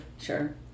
sure